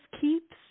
keeps